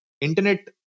internet